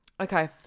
Okay